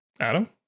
Adam